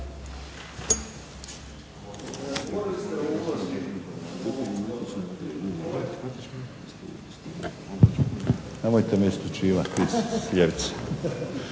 Hvala.